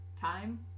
Time